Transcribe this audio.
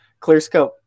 ClearScope